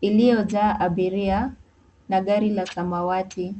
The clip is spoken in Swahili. iliyojaa abiria na gari la samawati.